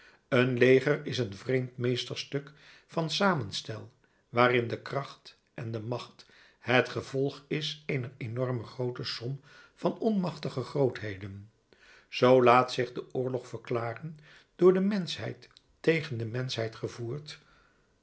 een leger is een vreemd meesterstuk van samenstel waarin de kracht en de macht het gevolg is eener enorm groote som van onmachtige grootheden zoo laat zich de oorlog verklaren door de menschheid tegen de menschheid gevoerd